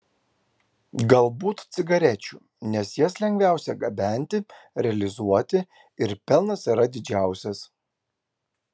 galbūt cigarečių nes jas lengviausia gabenti realizuoti ir pelnas yra didžiausias